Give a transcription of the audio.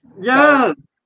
Yes